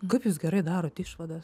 kaip jūs gerai darot išvadas